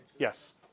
yes